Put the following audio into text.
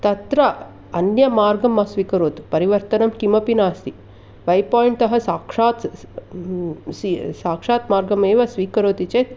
तत्र अन्यमार्गं मा स्वीकरोतु परिवर्तनं किमपि नास्ति वै पोइण्ट्तः साक्षात् स् सि साक्षात् मार्गमेव स्विकरोति चेत्